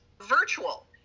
virtual